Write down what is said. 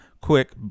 Quick